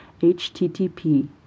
http